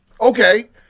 Okay